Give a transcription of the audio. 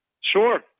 Sure